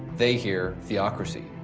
they hear theocracy.